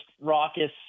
raucous